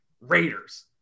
raiders